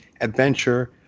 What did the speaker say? adventure